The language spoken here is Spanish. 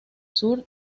sur